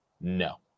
no